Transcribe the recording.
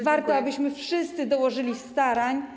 Warto, żebyśmy wszyscy dołożyli starań.